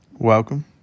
Welcome